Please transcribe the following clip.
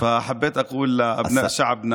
לכן ארצה להגיד לבני עמנו, )